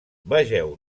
vegeu